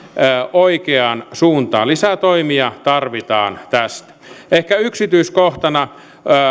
oikeaan suuntaan lisää toimia tarvitaan tässä ehkä yksityiskohtana